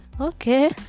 okay